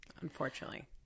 unfortunately